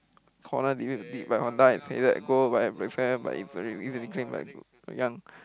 Honda defeat deep by Honda and say that goal but but it's easiy claimed by Young